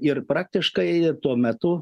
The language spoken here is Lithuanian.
ir praktiškai tuo metu